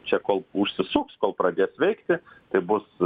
čia kol užsisuks kol pradės veikti tai bus